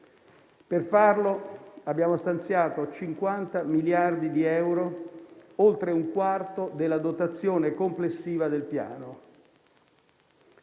Per farlo abbiamo stanziato 50 miliardi di euro, oltre un quarto della dotazione complessiva del Piano.